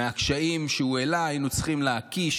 מהקשיים שהוא העלה היינו צריכים להקיש